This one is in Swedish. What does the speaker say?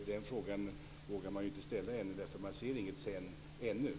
Den frågan vågar man ju ännu inte ställa, för man ser ännu inget "sedan".